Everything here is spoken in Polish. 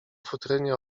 futrynie